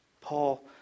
Paul